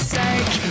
sake